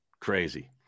Crazy